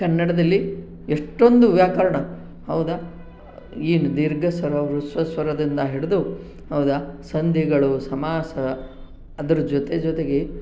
ಕನ್ನಡದಲ್ಲಿ ಎಷ್ಟೊಂದು ವ್ಯಾಕರಣ ಹೌದಾ ಏನು ದೀರ್ಘ ಸ್ವರ ಹ್ರಸ್ವ ಸ್ವರದಿಂದ ಹಿಡಿದು ಹೌದಾ ಸಂಧಿಗಳು ಸಮಾಸ ಅದರ ಜೊತೆ ಜೊತೆಗೆ